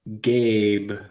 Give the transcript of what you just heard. Gabe